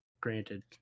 Granted